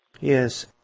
Yes